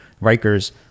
Rikers